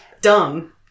Dumb